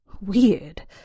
weird